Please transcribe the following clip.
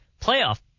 playoff